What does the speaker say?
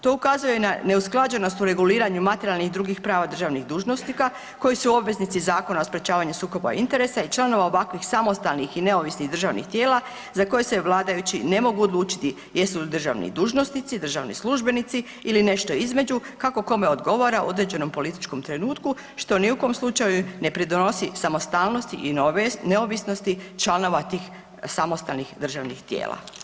To ukazuje i na neusklađenost u reguliranju materijalnih i drugih prava državnih dužnosnika koji su obveznici Zakona o sprječavanju sukoba interesa i članova ovakvih samostalnih i neovisnih državnih tijela za koje se vladajući ne mogu odlučiti jesu li državni dužnosnici, državni službenici ili nešto između kako kome odgovara u određenom političkom trenutku što ni u kojem slučaju ne pridonosi samostalnosti i neovisnosti članova tih samostalnih državnih tijela.